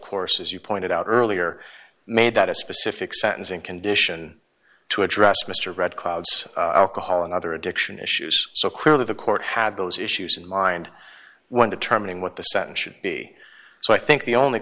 course as you pointed out earlier made that a specific sentencing condition to address mr red cloud's alcohol and other addiction issues so clearly the court had those issues in mind when determining what the sentence should be so i think the only